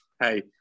hey